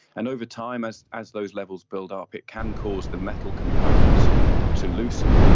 and over time as as those levels build up it can cause the metal components to loosen.